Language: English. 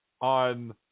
on